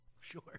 Sure